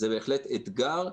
זה בהחלט אתגר.